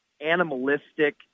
animalistic